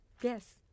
Yes